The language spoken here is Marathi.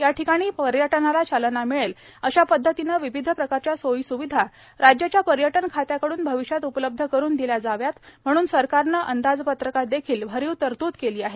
या ठिकाणी पर्यटनाला चालना मिळेल अशा पद्धतीने विविध प्रकारच्या सोयीस्विधा राज्याच्या पर्यटन खात्याकडून भविष्यात उपलब्ध करून दिल्या जाव्यात म्हणून सरकारने अंदाजपत्रकात देखील भरीव तरतूद केली आहे